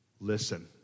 listen